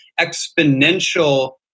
exponential